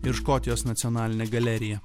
ir škotijos nacionalinė galerija